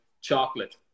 chocolate